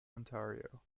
ontario